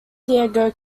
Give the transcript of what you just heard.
diego